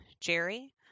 Jerry